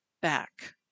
back